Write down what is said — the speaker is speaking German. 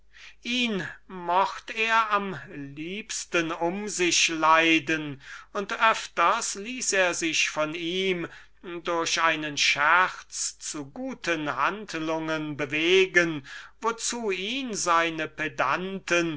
hofes daß er ihn am liebsten um sich leiden mochte und sich öfters von ihm durch einen scherz zu guten handlungen bewegen ließ wozu ihn seine